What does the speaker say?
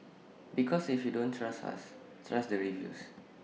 because if you don't trust us trust the reviews